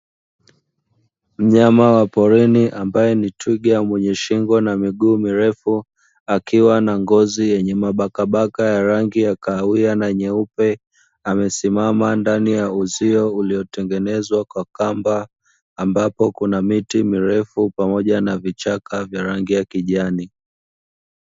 Mnyama wa porini ambaye ni twiga wenye shingo na miguu mirefu akiwa na ngozi yenye mabaka baka ya rangi ya kahawia na nyeupe, amesimama ndani ya uzio uliotengenezwa kwa kamba ambapo kuna miti mirefu pamoja na vichaka vya rangi ya kijani.